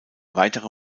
weitere